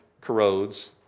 corrodes